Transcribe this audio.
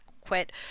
quit